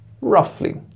roughly